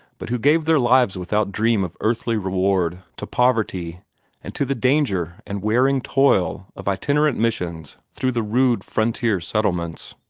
but who gave their lives without dream of earthly reward to poverty and to the danger and wearing toil of itinerant missions through the rude frontier settlements.